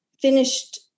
finished